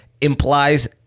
implies